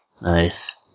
Nice